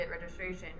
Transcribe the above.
registration